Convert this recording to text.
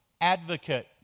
advocate